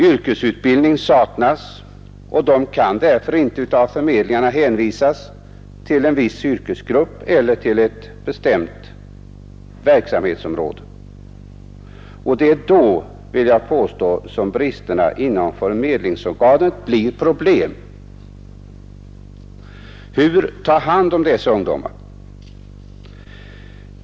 Yrkesutbildning saknas och de kan därför inte av förmedlingarna hänvisas till en viss yrkesgrupp eller ett bestämt verksamhetsområde. Och det är då som bristerna inom förmedlingsorganet blir problem. Hur ta hand om dessa ungdomar?